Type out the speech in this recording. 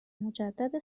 مجدد